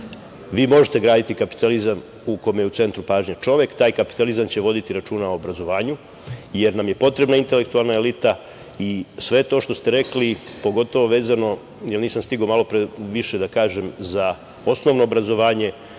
možete graditi kapitalizam u kome je u centru pažnje čovek. Taj kapitalizam će voditi računa o obrazovanju, jer nam je potrebna intelektualna elita i sve to što ste rekli, pogotovo vezano, jer nisam stigao malopre više da kažem za osnovno obrazovanje.